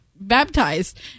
baptized